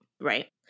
Right